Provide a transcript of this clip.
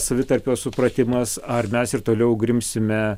savitarpio supratimas ar mes ir toliau grimsime